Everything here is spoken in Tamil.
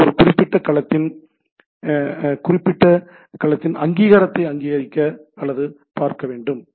இது ஒரு குறிப்பிட்ட களத்தின் அதிகாரத்தை அங்கீகரிக்க அல்லது பார்க்க வேண்டும்